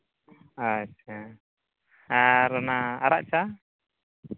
ᱟᱪᱪᱷᱟ ᱟᱨ ᱚᱱᱟ ᱟᱨᱟᱜ ᱪᱟ